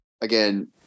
again –